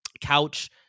couch